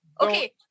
Okay